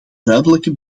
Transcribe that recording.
duidelijke